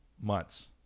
months